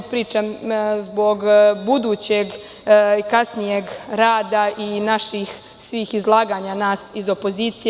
Pričam zbog budućeg, kasnijeg rada i naših svih izlaganja, nas iz opozicije.